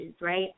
right